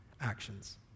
actions